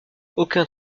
aucun